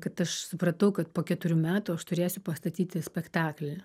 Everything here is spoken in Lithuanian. kad aš supratau kad po keturių metų aš turėsiu pastatyti spektaklį